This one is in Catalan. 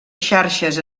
xarxes